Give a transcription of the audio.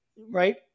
Right